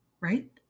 Right